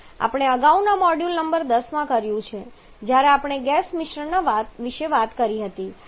આપણે આ અગાઉના મોડ્યુલ નંબર 10 માં કર્યું છે જ્યારે આપણે ગેસના મિશ્રણ વિશે વાત કરી હતી